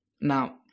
now